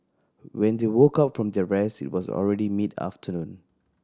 when they woke up from their rest it was already mid afternoon